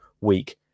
Week